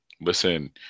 listen